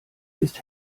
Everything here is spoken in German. ist